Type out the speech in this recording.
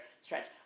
stretch